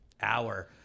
hour